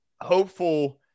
hopeful –